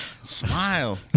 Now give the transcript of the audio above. smile